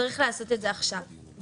צריך לעשות את זה עכשיו ומהר.